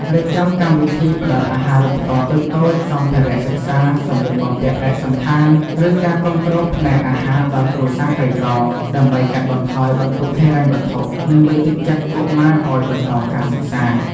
រៀបចំកម្មវិធីផ្តល់អាហារូបករណ៍តូចៗ សម្ភារៈសិក្សា សម្លៀកបំពាក់ឯកសណ្ឋាន ឬការគាំទ្រផ្នែកអាហារដល់គ្រួសារក្រីក្រ ដើម្បីកាត់បន្ថយបន្ទុកហិរញ្ញវត្ថុ និងលើកទឹកចិត្តកុមារឱ្យបន្តការសិក្សា។